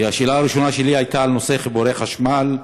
והשאלה הראשונה שלי הייתה על נושא חיבורי חשמל,